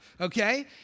okay